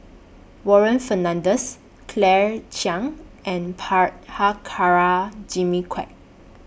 Warren Fernandez Claire Chiang and Prabhakara Jimmy Quek